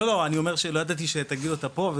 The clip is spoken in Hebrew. לא ידעתי שתגיד אותה פה,